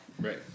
Right